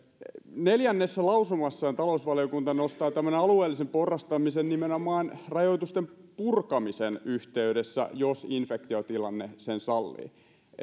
neljänteen lausumassaan talousvaliokunta nostaa tämän alueellisen porrastamisen nimenomaan rajoitusten purkamisen yhteydessä jos infektiotilanne sen sallii